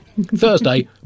Thursday